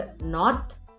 North